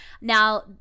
Now